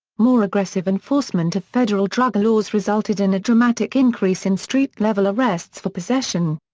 more aggressive enforcement of federal drug laws resulted in a dramatic increase in street level arrests for possession.